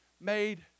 made